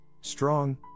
strong